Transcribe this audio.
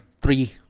three